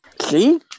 see